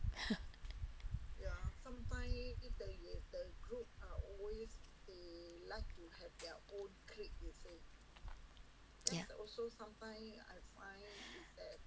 ya